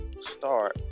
start